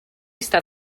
está